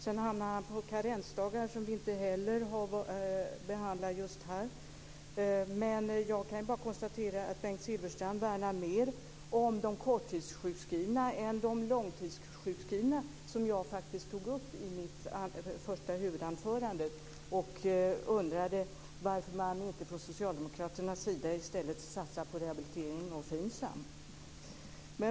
Sedan talar han om karensdagar, som vi inte heller behandlar just här. Jag kan bara konstatera att Bengt Silfverstrand värnar mer om de korttidssjukskrivna än om de långtidssjukskrivna, som jag faktiskt tog upp i mitt huvudanförande. Jag undrade varför man inte från socialdemokraternas sida i stället satsar på rehabilitering och FINSAM.